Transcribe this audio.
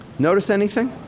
notice anything?